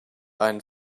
einen